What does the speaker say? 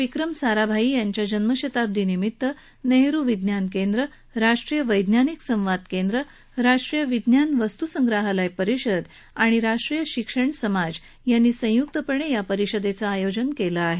विक्रम साराभाई यांच्या जन्म शताब्दी निमित्त नेहरू विज्ञान केंद्र राष्ट्रीय वैज्ञानिक संवाद केंद्र राष्ट्रीय विज्ञान वस्तुसंग्रहालय परिषद आणि राष्ट्रीय शिक्षण समाज यांनी संयुक्तपणे या परिषदेचं आयोजन केलं आहे